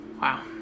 Wow